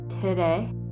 Today